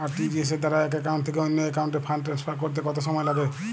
RTGS দ্বারা এক account থেকে অন্য একাউন্টে ফান্ড ট্রান্সফার করতে কত সময় লাগে?